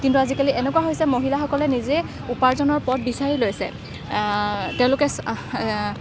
কিন্তু আজিকালি এনেকুৱা হৈছে মহিলাসকলে নিজেই উপাৰ্জনৰ পথ বিচাৰি লৈছে তেওঁলোকে